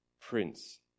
Prince